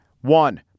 One